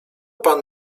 pan